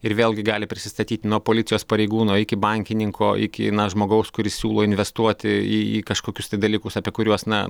ir vėlgi gali prisistatyt nuo policijos pareigūno iki bankininko iki žmogaus kuris siūlo investuoti į į kažkokius tai dalykus apie kuriuos na